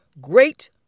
Great